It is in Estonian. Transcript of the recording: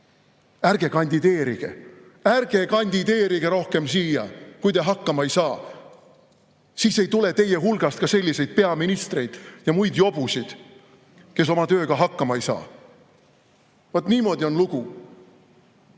ärge kandideerige! Ärge kandideerige rohkem siia, kui te hakkama ei saa! Siis ei tule teie hulgast ka selliseid peaministreid ja muid jobusid, kes oma tööga hakkama ei saa. Vaat niimoodi on lugu! Väga